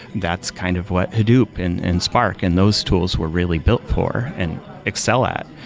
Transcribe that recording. that's kind of what hadoop and and spark and those tools were really built for and excel at.